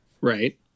Right